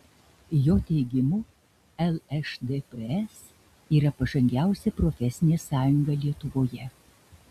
jo teigimu lšdps yra pažangiausia profesinė sąjunga lietuvoje